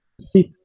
sit